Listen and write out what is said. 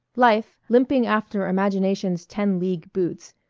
life, limping after imagination's ten-league boots,